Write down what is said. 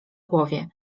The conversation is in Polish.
głowie